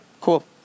cool